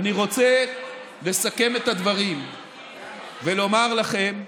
אני רוצה לסכם את הדברים ולומר לכם: